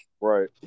Right